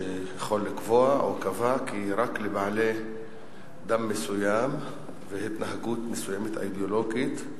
שיכול לקבוע או קבע כי רק לבעלי דם מסוים והתנהגות אידיאולוגית מסוימת,